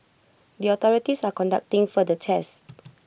the authorities are conducting further tests